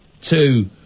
two